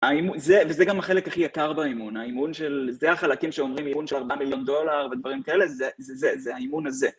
האימון, זה, זה גם החלק הכי יקר באימון, זה החלקים שאומרים אימון של 4 מיליון דולר ודברים כאלה, זה זה, זה האימון הזה